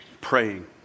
praying